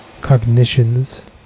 Cognitions